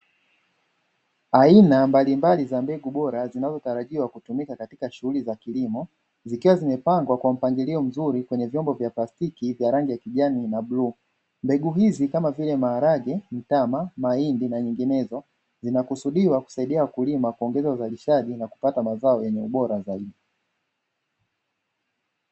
Aina mbalimbali za mbegu bora zinazotarajiwa kutumika katika shughuli za kilimo zikiwa zimepangwa kwa mpangilio mzuri kwenye vyombo vya plastiki vya rangi ya kijani na bluu; mbegu hizi kama vile; maharage, mtama, mahindi na nyinginezo zinakusudiwa kusaidia wakulima kuongeza uzalishaji na kupata mazao yenye ubora zaidi.